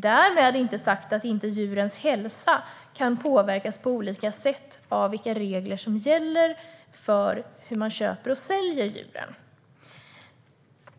Därmed är inte sagt att djurens hälsa inte kan påverkas på olika sätt av de regler som gäller för hur man köper och säljer djur.